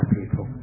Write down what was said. people